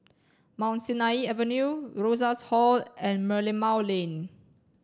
Mount Sinai Avenue Rosas Hall and Merlimau Lane